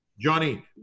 Johnny